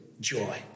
joy